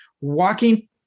walking